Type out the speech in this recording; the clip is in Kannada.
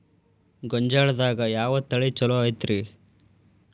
ಗೊಂಜಾಳದಾಗ ಯಾವ ತಳಿ ಛಲೋ ಐತ್ರಿ?